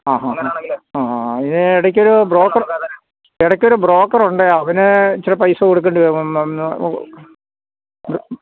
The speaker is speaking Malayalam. ആ ആ ആ ആ ഇനി ഇടയ്ക്കൊരു ബ്രോക്കറുണ്ട് അവന് ഇത്തിരി പൈസ കൊടുക്കേണ്ടി വരും